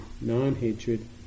non-hatred